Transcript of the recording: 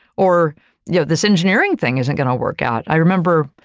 or yeah this engineering thing isn't gonna work out. i remember,